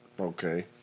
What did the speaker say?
Okay